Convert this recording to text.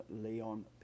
Leon